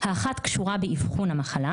האחת קשורה באבחון המחלה